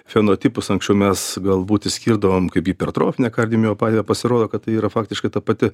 fenotipus anksčiau mes galbūt išskirdavom kaip hipertrofinę kardiomiopatiją pasirodo kad tai yra faktiškai ta pati